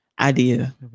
idea